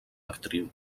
actriu